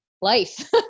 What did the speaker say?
life